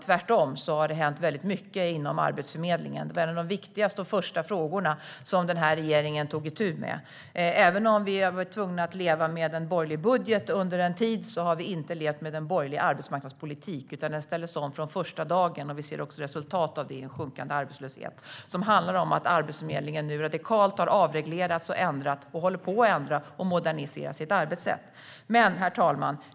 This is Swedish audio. Tvärtom har det hänt mycket inom Arbetsförmedlingen. Det var en av de viktigaste och första frågor som den här regeringen tog itu med. Även om vi har varit tvungna att leva med en borgerlig budget under en tid har vi inte levt med en borgerlig arbetsmarknadspolitik. Den ställdes om från den första dagen, och vi ser också resultat av det i en sjunkande arbetslöshet. Det handlar om att Arbetsförmedlingen nu radikalt har avreglerats och ändrats, och den håller på att ändra och modernisera sitt arbetssätt. Herr talman!